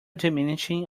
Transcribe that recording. diminishing